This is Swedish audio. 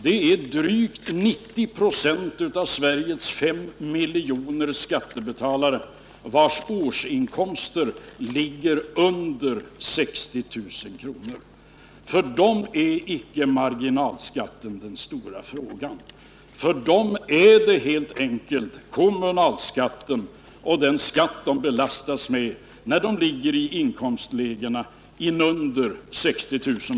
Det är drygt 90 96 av Sveriges fem miljoner skattebetalare vars årsinkomster ligger under 60 000 kr. För dem är icke marginalskatten den stora frågan, för dem är det helt enkelt kommunalskatten och den skatt de belastas med när de ligger i inkomstlägena under 60 000 kr.